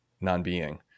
non-being